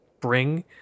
bring